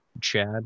Chad